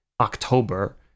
October